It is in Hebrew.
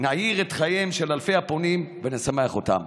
נאיר את חייהם של אלפי הפונים ונשמח אותם.